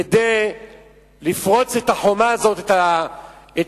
כדי לפרוץ את החומה הזאת ואת